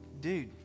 Dude